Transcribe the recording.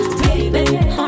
baby